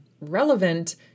relevant